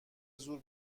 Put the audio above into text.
زور